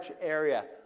area